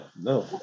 No